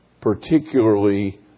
particularly